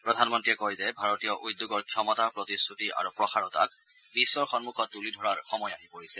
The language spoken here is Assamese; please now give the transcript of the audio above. প্ৰধানমন্ত্ৰীয়ে কয় যে ভাৰতীয় উদ্যোগৰ ক্ষমতা প্ৰতিশ্ৰুতি আৰু প্ৰসাৰতাক বিশ্বৰ সম্মুখত তুলি ধৰাৰ সময় আহি পৰিছে